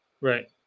Right